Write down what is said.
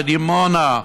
בדימונה,